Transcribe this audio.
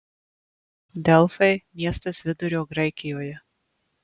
delfai miestas vidurio graikijoje